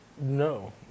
No